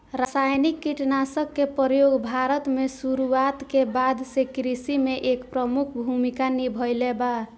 रासायनिक कीटनाशक के प्रयोग भारत में शुरुआत के बाद से कृषि में एक प्रमुख भूमिका निभाइले बा